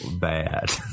bad